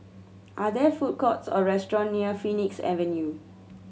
are there food courts or restaurant near Phoenix Avenue